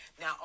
Now